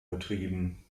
betrieben